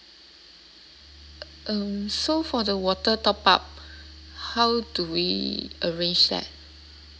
um so for the water top up how do we arrange that